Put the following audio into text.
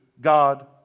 God